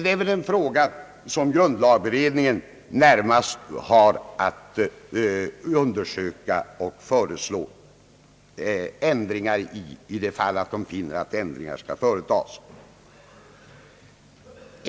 Det är väl dock en fråga, som närmast grundlagberedningen har att undersöka och föreslå ändringar i, om den finner att ändringar bör företagas.